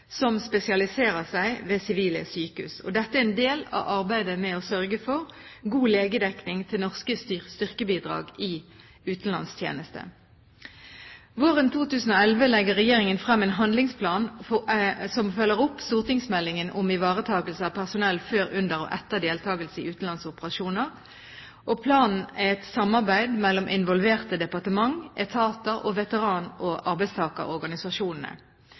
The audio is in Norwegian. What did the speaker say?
som spesialiserer seg ved sivile sykehus. Dette er en del av arbeidet med å sørge for god legedekning til norske styrkebidrag i utenlandstjeneste. Våren 2011 legger regjeringen frem en handlingsplan som følger opp stortingsmeldingen om ivaretakelse av personell før, under og etter deltakelse i utenlandsoperasjoner. Planen er et samarbeid mellom involverte departementer, etater og veteran- og